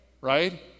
Right